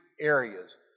areas